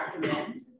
recommend